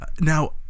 Now